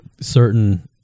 certain